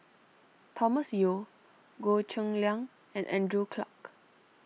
Thomas Yeo Goh Cheng Liang and Andrew Clarke